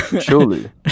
surely